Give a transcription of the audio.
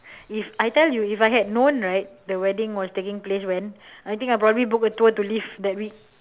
if I tell you if I had known right the wedding was taking place when I think I probably book a tour to leave that week